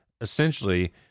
essentially